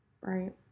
right